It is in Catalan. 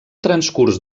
transcurs